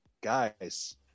guys